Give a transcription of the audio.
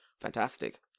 fantastic